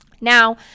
now